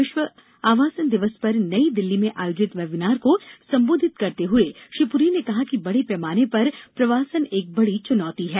आज विश्व आवासन दिवस पर नई दिल्ली में आयोजित वेबिनार को संबोधित करते हुए श्री पुरी ने कहा कि बडे पैमाने पर प्रवासन एक बडी चुनौती है